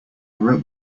wrote